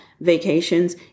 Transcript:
vacations